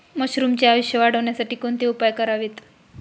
मशरुमचे आयुष्य वाढवण्यासाठी कोणते उपाय करावेत?